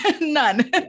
none